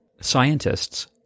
Scientists